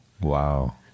Wow